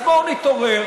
אז בואו נתעורר.